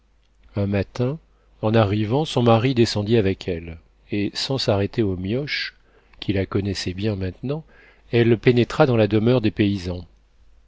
un matin en arrivant son mari descendit avec elle et sans s'arrêter aux mioches qui la connaissaient bien maintenant elle pénétra dans la demeure des paysans